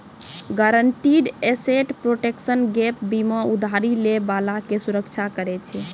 guaranteed asset protection gap बीमा उधारी लै बाला के सुरक्षा करै छै